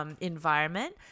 Environment